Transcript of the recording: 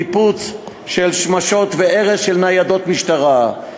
ניפוץ של שמשות והרס של ניידות משטרה.